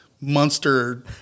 monster